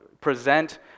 present